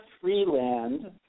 Freeland